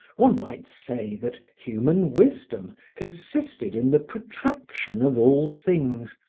one might say that human wisdom consisted in the protraction of all things,